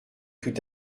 tout